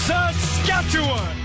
Saskatchewan